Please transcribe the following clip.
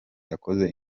yakoze